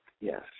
Yes